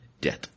death